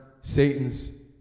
Satan's